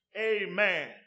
Amen